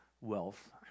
wealth